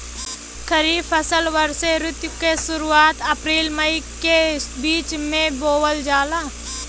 खरीफ फसल वषोॅ ऋतु के शुरुआत, अपृल मई के बीच में बोवल जाला